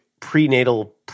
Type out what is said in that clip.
prenatal